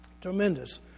Tremendous